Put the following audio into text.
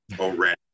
already